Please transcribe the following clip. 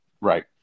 Right